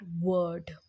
word